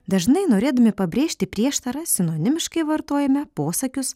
dažnai norėdami pabrėžti prieštarą sinonimiškai vartojame posakius